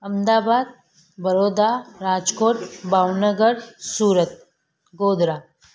Ahmedabad Baroda Rajkot Bhavnagar Surat Godhra